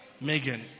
Megan